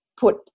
Put